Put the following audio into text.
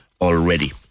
already